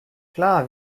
klar